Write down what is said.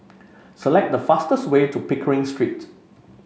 select the fastest way to Pickering Street